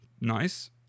nice